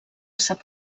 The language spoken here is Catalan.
sap